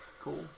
Cool